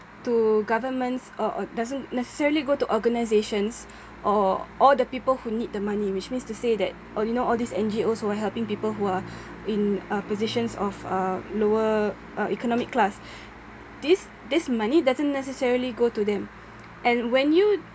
to governments or or doesn't necessarily go to organisations or or the people who need the money which means to say that all you know all these N_G_Os who are helping people who are in uh positions of uh lower uh economic class this this money doesn't necessarily go to them and when you